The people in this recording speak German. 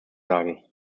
sagen